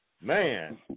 man